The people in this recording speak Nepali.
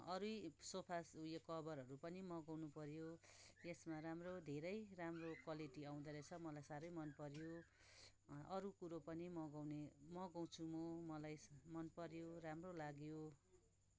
अरू सोफा उयो कबरहरू पनि मगाउनु पऱ्यो यसमा राम्रो धेरै राम्रो क्वालिटी आउँदा रहेछ मलाई साह्रै मनपऱ्यो अरू कुरो पनि मगाउने मगाउँछु म मलाई मनपऱ्यो मलाई राम्रो लाग्यो